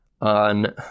on